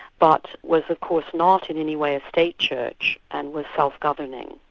but was of course not in any way a state church and was self-governing.